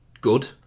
good